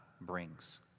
brings